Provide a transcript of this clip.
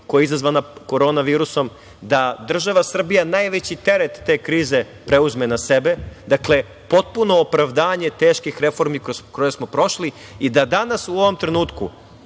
koja je izazvana korona virusom, da država Srbija najveći teret te krize preuzme na sebe. Dakle, potpuno opravdanje teških reformi kroz koje smo prošli i da danas u ovom trenutku